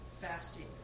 fasting